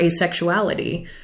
asexuality